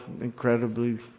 incredibly